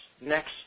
next